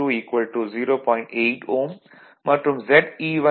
8 Ω மற்றும் Ze1 1